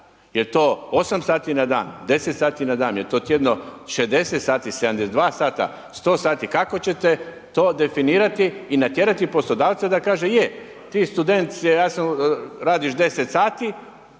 Jel' to 8 sati na dan, 10 sati na dan, jel' to tjedno 60 sati, 72 sata, 100 sati, kako ćete to definirati i natjerati poslodavca da kaže, ti studentice, radiš 10 sati,